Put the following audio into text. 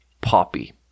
Poppy